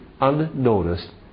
unnoticed